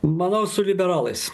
manau su liberalais